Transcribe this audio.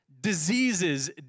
Diseases